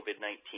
COVID-19